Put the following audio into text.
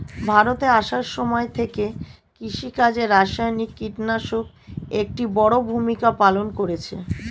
ভারতে আসার সময় থেকে কৃষিকাজে রাসায়নিক কিটনাশক একটি বড়ো ভূমিকা পালন করেছে